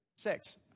Six